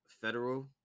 federal